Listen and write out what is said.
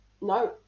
No